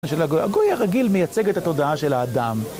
הגוי הרגיל מייצג את התודעה של האדם